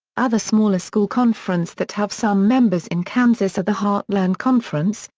other smaller school conference that have some members in kansas are the heartland conference,